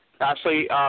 Ashley